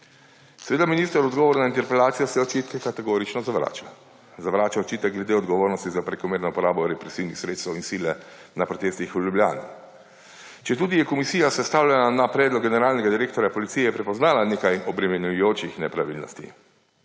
Seveda minister v odgovoru na interpelacijo vse očitke kategorično zavrača. Zavrača očitek glede odgovornosti za prekomerno uporabo represivnih sredstev in sile na protestih v Ljubljani. Četudi je komisija, sestavljena na predlog generalnega direktorja Policije, prepoznala nekaj obremenjujočih nepravilnosti,